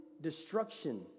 destruction